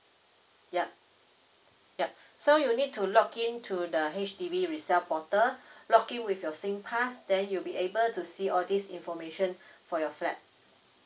yup yup so you need to log in to the H_D_B resale portal log in with your singpass then you'll be able to see all this information for your flat